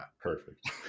perfect